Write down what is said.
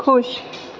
खुश